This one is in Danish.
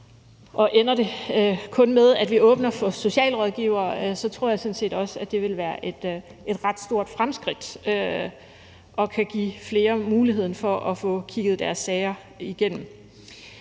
og ender det kun med, at vi åbner for socialrådgivere, så tror jeg sådan set også, at det vil være et ret stort fremskridt, og at det kan give flere muligheden for at få kigget deres sager igennem.